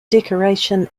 decoration